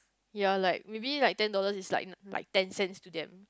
ya like maybe like ten dollars is like like ten cents to them